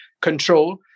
control